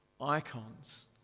icons